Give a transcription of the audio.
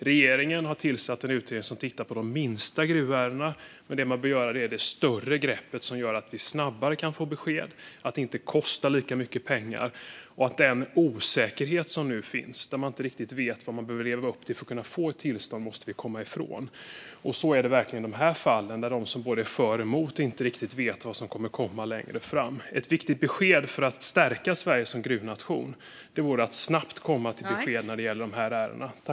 Regeringen har tillsatt en utredning som tittar på de minsta gruvärendena, men man bör ta ett större grepp som gör att vi snabbare kan få besked och att det inte kostar lika mycket pengar. Den osäkerhet som nu finns, där man inte riktigt vet vad man behöver leva upp till för att kunna få ett tillstånd, måste vi komma ifrån. Så är det verkligen i de här fallen. Varken de som är för eller de som är emot vet riktigt vad som kommer längre fram. Ett viktigt besked för att stärka Sverige som gruvnation vore att snabbt komma till besked i de här ärendena.